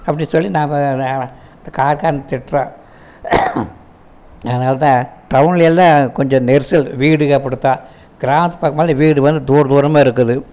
அப்படி சொல்லி நாம்ம அந்த காருகாரனை திட்றோம் அதுனால்தான் டவுனில் எல்லாம் கொஞ்சம் நெரிசல் வீடுகளும் அப்படித்தான் கிராமத்து பக்கம்யெல்லாம் வந்து வீடுங்க வந்து தூரம் தூரமாக இருக்குது